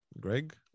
Greg